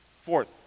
Fourth